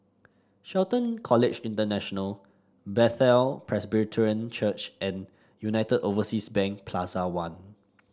Shelton College International Bethel Presbyterian Church and United Overseas Bank Plaza One